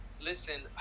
Listen